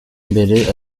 mbere